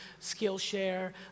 Skillshare